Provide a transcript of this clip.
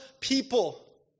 people